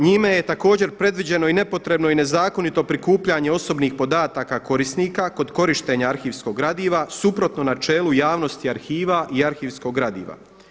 Njime je također predviđeno i nepotrebno i nezakonito prikupljanje osobnih podataka korisnika kod korištenja arhivskog gradiva suprotno načelu javnosti arhiva i arhivskog gradiva.